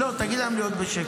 לא, תגיד להם להיות בשקט.